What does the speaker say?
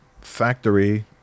factory